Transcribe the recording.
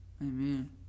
Amen